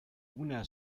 una